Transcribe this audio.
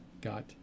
got